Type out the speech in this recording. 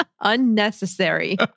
Unnecessary